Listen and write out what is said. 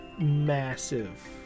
massive